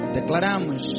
declaramos